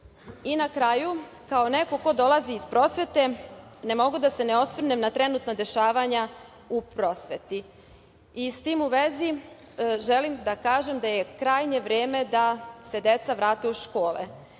na kraju, kao neko ko dolazi iz prosvete ne mogu da se ne osvrnem na trenutna dešavanja u prosveti. S tim u vezi želim da kažem da je krajnje vreme da se deca vrate u škole.